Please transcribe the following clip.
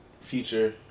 future